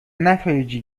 نتایجی